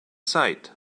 site